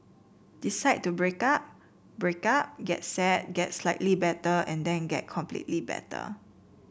decide to break up break up get sad get slightly better and then get completely better